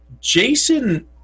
Jason